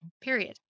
period